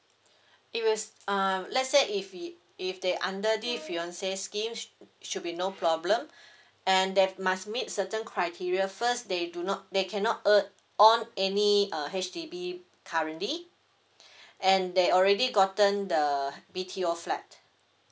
it was err let's say if if they under this fiance scheme sh~ should be no problem and they must meet certain criteria first they do not they cannot o~ on any H_D_B currently and they already gotten the B_T_O flat